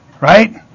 right